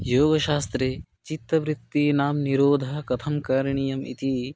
योगशास्त्रे चित्तवृत्तीनां निरोधः कथं करणीयम् इति